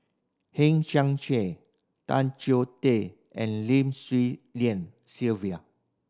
Hang Chang Chieh Tan Choh Tee and Lim Swee Lian Sylvia